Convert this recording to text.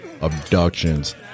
abductions